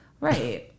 Right